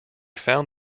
found